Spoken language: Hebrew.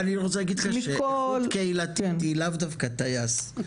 איכות קהילתית היא לאו דווקא טייס.